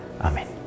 Amen